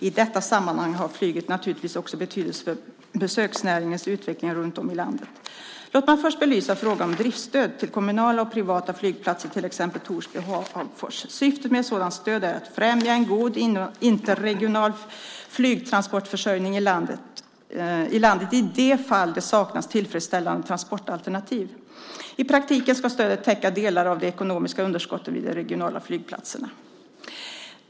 I detta sammanhang har flyget naturligtvis också betydelse för besöksnäringens utveckling runt om i landet. Låt mig först belysa frågan om driftstöd till kommunala och privata flygplatser, till exempel Torsby och Hagfors. Syftet med ett sådant stöd är att främja en god interregional flygtransportförsörjning i landet i de fall det saknas tillfredsställande transportalternativ. I praktiken ska stödet täcka delar av de ekonomiska underskotten vid de regionala flygplatserna.